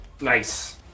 Nice